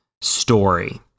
story